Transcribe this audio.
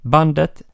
Bandet